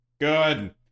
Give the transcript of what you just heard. Good